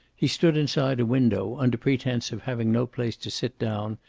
he stood inside a window, under pretense of having no place to sit down,